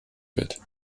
wird